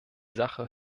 sache